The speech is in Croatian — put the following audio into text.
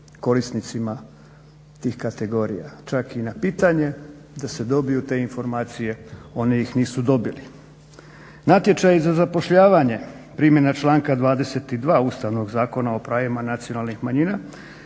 korisnicima tih kategorija. Čak i na pitanje da se dobiju te informacije, oni ih nisu dobili. Natječaji za zapošljavanje, primjena članka 22. Ustavnog Zakona o pravima nacionalnih manjina